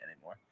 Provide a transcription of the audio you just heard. anymore